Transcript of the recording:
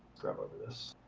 scrub over this.